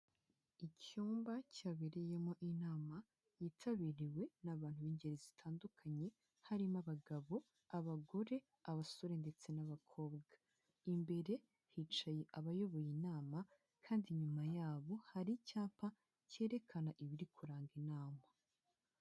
Icyumba cyabereyemo inama, yitabiriwe n'abantu b'ingeri zitandukanye, harimo abagabo, abagore, abasore ndetse n'abakobwa, imbere hicaye abayoboye inama kandi inyuma yabo hari icyapa cyerekana ibiri kuranga inama.